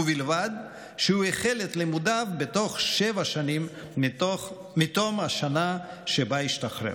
ובלבד שהוא החל את לימודיו בתוך שבע שנים מתום השנה שבה השתחרר.